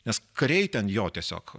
nes kariai ten jo tiesiog